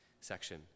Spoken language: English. section